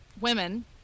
women